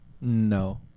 No